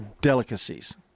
delicacies